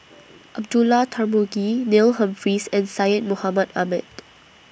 Abdullah Tarmugi Neil Humphreys and Syed Mohamed Ahmed